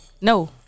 No